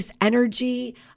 Energy